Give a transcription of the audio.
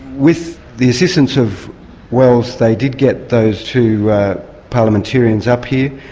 with the assistance of wells, they did get those two parliamentarians up here,